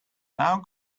now